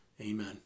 Amen